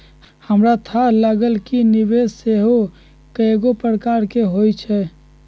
हमरा थाह लागल कि निवेश सेहो कएगो प्रकार के होइ छइ